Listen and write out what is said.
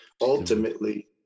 Ultimately